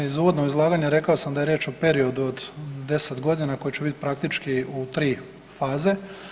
Iz uvodnog izlaganja rekao sam da je riječ o periodu od 10 godina koje će biti praktički u tri faze.